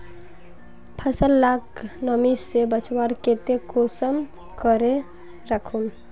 फसल लाक नमी से बचवार केते कुंसम करे राखुम?